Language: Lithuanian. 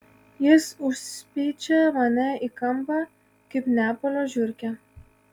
jis užspeičia mane į kampą kaip neapolio žiurkę